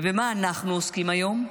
ובמה אנחנו עוסקים היום?